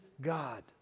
God